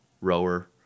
rower